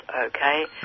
okay